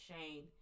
Shane